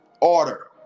order